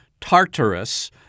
Tartarus